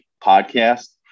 podcast